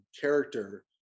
character